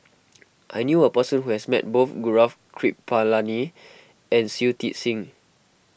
I knew a person who has met both Gaurav Kripalani and Shui Tit Sing